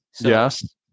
Yes